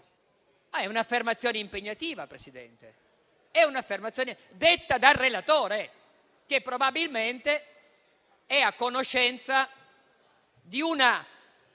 È un'affermazione impegnativa, Presidente, detta dal relatore, che probabilmente è a conoscenza di una